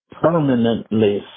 permanently